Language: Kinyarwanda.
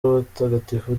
w’abatagatifu